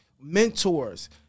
mentors